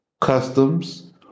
customs